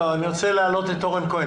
לא, אני רוצה להעלות את רועי כהן.